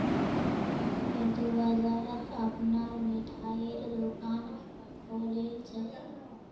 मन्नू बाजारत अपनार मिठाईर दुकान खोलील छ